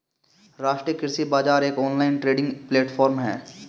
राष्ट्रीय कृषि बाजार एक ऑनलाइन ट्रेडिंग प्लेटफॉर्म है